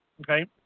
Okay